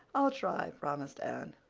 i'll try, promised anne.